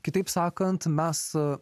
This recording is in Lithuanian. kitaip sakant mes su